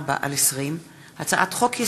פ/2324/20 וכלה בהצעת חוק פ/2356/20,